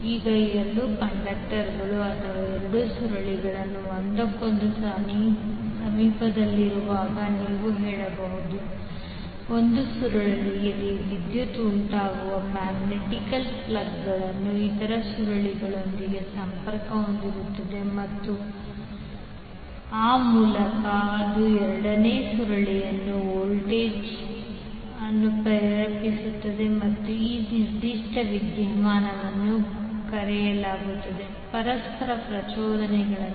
ಈಗ ಎರಡು ಕಂಡಕ್ಟರ್ಗಳು ಅಥವಾ ಎರಡು ಸುರುಳಿಗಳು ಒಂದಕ್ಕೊಂದು ಸಮೀಪದಲ್ಲಿರುವಾಗ ನೀವು ಹೇಳಬಹುದು ಒಂದು ಸುರುಳಿಯಲ್ಲಿ ವಿದ್ಯುತ್ ಉಂಟಾಗುವ ಮ್ಯಾಗ್ನೆಟಿಕ್ಸ್ ಪ್ಲಗ್ಗಳು ಇತರ ಸುರುಳಿಯೊಂದಿಗೆ ಸಂಪರ್ಕ ಹೊಂದುತ್ತವೆ ಮತ್ತು ಆ ಮೂಲಕ ಅದು ಎರಡನೇ ಸುರುಳಿಯಲ್ಲಿ ವೋಲ್ಟೇಜ್ ಅನ್ನು ಪ್ರೇರೇಪಿಸುತ್ತದೆ ಮತ್ತು ಈ ನಿರ್ದಿಷ್ಟ ವಿದ್ಯಮಾನವನ್ನು ಕರೆಯಲಾಗುತ್ತದೆ ಪರಸ್ಪರ ಪ್ರಚೋದನೆಯಂತೆ